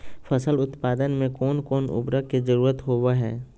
फसल उत्पादन में कोन कोन उर्वरक के जरुरत होवय हैय?